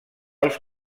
els